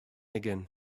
again